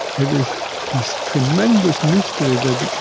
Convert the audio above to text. it is this tremendous mystery that